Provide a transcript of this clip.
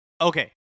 Okay